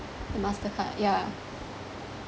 the mastercard yeah